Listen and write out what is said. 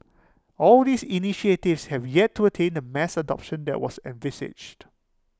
all these initiatives have yet to attain the mass adoption that was envisaged